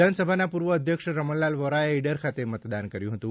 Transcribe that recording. વિધાનસભાના પૂર્વ અધ્યક્ષ રમણલાલ વોરાએ ઇડર ખાતે મતદાન કર્યું હતું